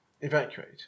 evacuate